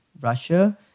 Russia